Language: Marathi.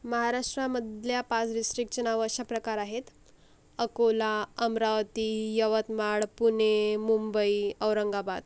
महाराष्ट्रामधल्या पाच डिस्ट्रिक्चे नावं अशा प्रकार आहेत अकोला अमरावती यवतमाळ पुणे मुंबई औरंगाबाद